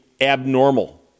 abnormal